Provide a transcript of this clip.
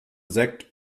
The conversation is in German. sekt